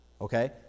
Okay